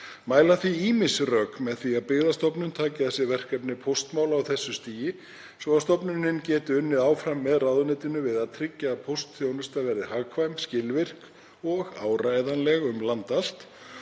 Mæla því ýmis rök með því að Byggðastofnun taki að sér verkefni póstmála á þessu stigi svo að stofnunin geti unnið áfram með ráðuneytinu við að tryggja að póstþjónusta verði hagkvæm, skilvirk og áreiðanleg um land allt